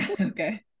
okay